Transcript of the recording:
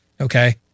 Okay